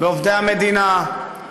בעובדי המדינה,